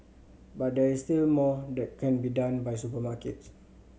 but there is still more that can be done by supermarkets